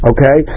Okay